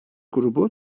grubu